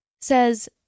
says